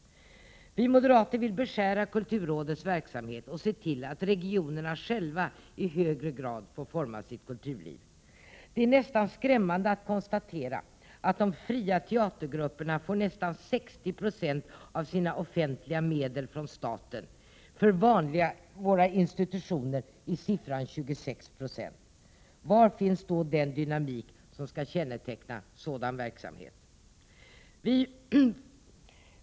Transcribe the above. Vi moderater vill beskära kulturrådets verksamhet och se till att regionerna i högre grad själva får forma sitt kulturliv. Det är nästan skrämmande att konstatera att de fria teatergrupperna får nästan 60 90 av sina offentliga medel från staten, för våra vanliga institutioner är siffran 26 20. Var finns den dynamik som skall känneteckna sådan verksamhet?